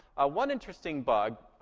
one interesting bug